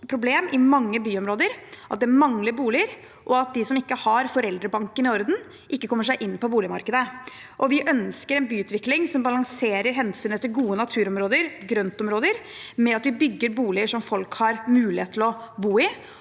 stort problem i mange byområder at det mangler boliger, og at de som ikke har foreldrebanken i orden, ikke kommer seg inn på boligmarkedet. Vi ønsker en byutvikling som balanserer hensynet til gode naturområder, grøntområder, med at vi bygger boliger som folk har mulighet til å bo i,